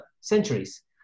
centuries